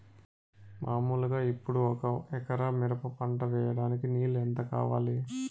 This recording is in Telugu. మామూలుగా ఇప్పుడు ఒక ఎకరా మిరప పంట వేయడానికి నీళ్లు ఎంత కావాలి?